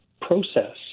process